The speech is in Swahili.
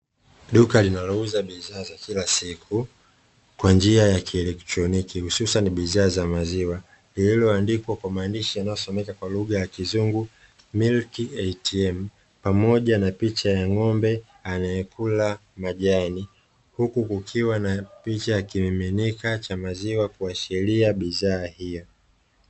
Duka linalouza bidhaa za kila siku kwa njia ya kielektroniki hususani bidhaa za maziwa lililoandikwa kwa maandishi yanayosomeka kwa lugha ya kizungu "milk ATM" pamoja na picha ya ng'ombe anayekula majani huku kukiwa na picha ya kimiminika cha maziwa kuashiria bidhaa hiyo.